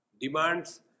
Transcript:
demands